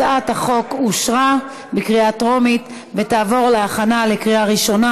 הצעת החוק אושרה בקריאה טרומית ותעבור להכנה לקריאה ראשונה,